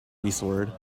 eastward